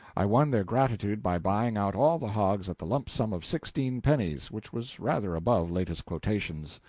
i won their gratitude by buying out all the hogs at the lump sum of sixteen pennies, which was rather above latest quotations.